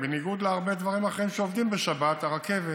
בניגוד להרבה דברים אחרים שעובדים בשבת, הרכבת